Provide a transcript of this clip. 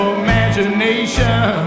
imagination